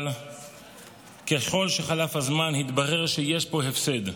אבל ככל שחלף הזמן התברר שיש פה הפסד.